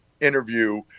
interview